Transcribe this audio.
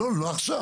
אלון, לא עכשיו.